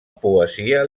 poesia